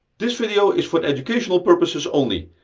this video is for educational purposes only,